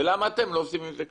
ולמה אתם לא עושים עם זה כלום?